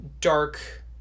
dark